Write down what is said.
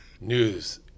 News